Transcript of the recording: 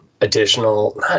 additional